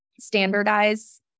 standardize